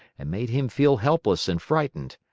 and made him feel helpless and frightened.